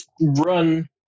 run